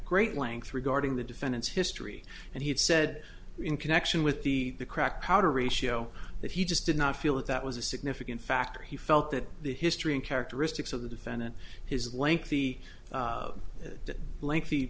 great length regarding the defendant's history and he said in connection with the crack powder ratio that he just did not feel that that was a significant factor he felt that the history in characteristics of the defendant his lengthy lengthy